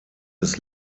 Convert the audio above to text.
des